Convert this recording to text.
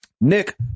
Nick